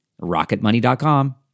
Rocketmoney.com